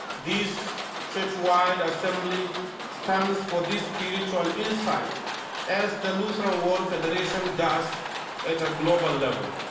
this churchwide assembly stands for this spiritual insight as the lutheran world federation does at a global level.